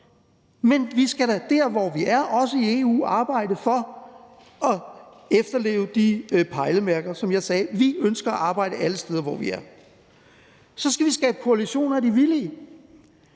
men vi skal da der, hvor vi er, også i EU, arbejde for at efterleve de pejlemærker. Som jeg sagde: Vi ønsker at arbejde alle steder, hvor vi er. Så skal vi skabe koalitioner af de villige.